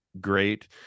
great